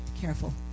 Careful